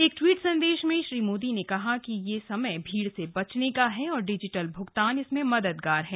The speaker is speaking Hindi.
एक ट्वीट संदेश में श्री मोदी ने कहा कि यह समय भीड़ से बचने का है और डिजिटल भ्गतान इसमें मददगार है